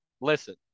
listen